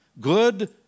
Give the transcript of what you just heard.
good